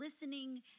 listening